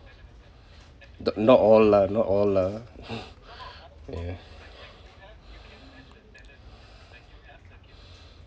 the not all lah not all lah ya